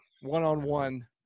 one-on-one